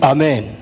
Amen